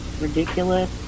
ridiculous